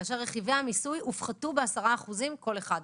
כאשר רכיבי המיסוי הופחתו ב-10%, כל אחד מהם,